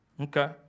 okay